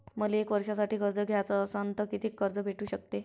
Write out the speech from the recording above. मले एक वर्षासाठी कर्ज घ्याचं असनं त कितीक कर्ज भेटू शकते?